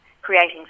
creating